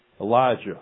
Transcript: Elijah